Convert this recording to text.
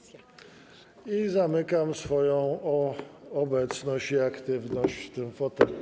Zamykam swoją obecność i aktywność w tym fotelu.